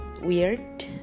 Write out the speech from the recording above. weird